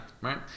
Right